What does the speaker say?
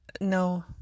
no